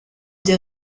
des